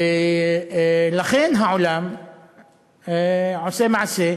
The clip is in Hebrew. ולכן העולם עושה מעשה.